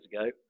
ago